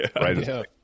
right